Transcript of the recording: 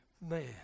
man